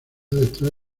detrás